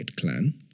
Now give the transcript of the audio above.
clan